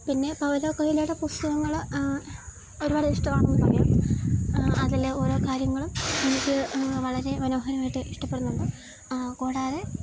പിന്നെ പൗലോ കൊയ്ലോയുടെ പുസ്തകങ്ങള് ഒരുപാടിഷ്ടമാണെന്ന് പറയാം അതിലെ ഓരോ കാര്യങ്ങളും എനിക്ക് വളരെ മനോഹരമായിട്ട് ഇഷ്ടപ്പെടുന്നുണ്ട് കൂടാതെ